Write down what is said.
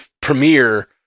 premiere